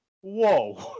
Whoa